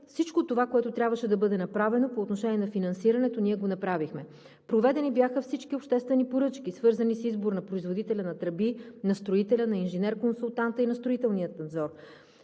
всичко това, което трябваше да бъде направено по отношение на финансирането, ние го направихме. Проведени бяха всички обществени поръчки, свързани с избора на производителя на тръби, на строителя, на инженер-консултанта и на строителния надзор.